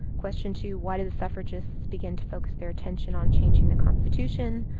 question two. why did the suffragists begin to focus their attention on changing the constitution?